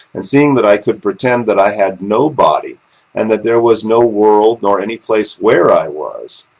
and seeing that i could pretend that i had no body and that there was no world nor any place where i was,